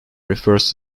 refers